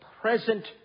present